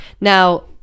now